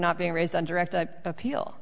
not being raised on direct appeal